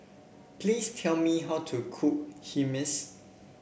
please tell me how to cook Hummus